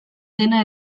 dena